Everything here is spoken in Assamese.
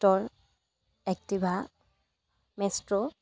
tractor Activa মেষ্ট্ৰ'